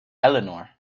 eleanor